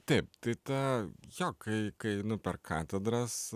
taip tai ta jo kai kai einu per katedras